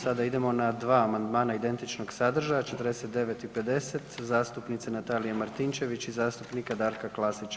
Sada idemo na dva amandmana identičnog sadržaja 49. i 50. zastupnice Natalije Martinčević i zastupnika Darka Klasića.